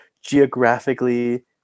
geographically